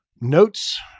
Notes